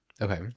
Okay